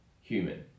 human